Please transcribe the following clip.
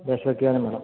ദേശഭക്തിഗാനം വേണം